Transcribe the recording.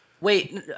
Wait